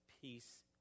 Peace